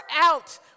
out